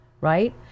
right